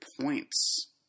points